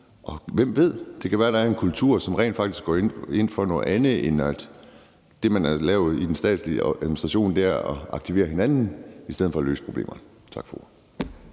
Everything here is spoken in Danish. Hvem ved, det kan være, der er en kultur, som rent faktisk går ind for noget andet, end at det, man har lavet i den statslige administration, er at aktivere hinanden i stedet for at løse problemerne. Tak for